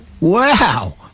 Wow